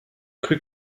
cru